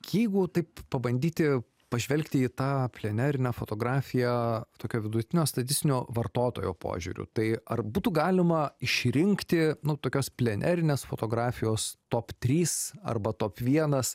jeigu taip pabandyti pažvelgti į tą plenerinę fotografiją tokio vidutinio statistinio vartotojo požiūriu tai ar būtų galima išrinkti nu tokios plenerinės fotografijos top trys arba top vienas